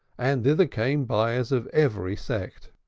and thither came buyers of every sect.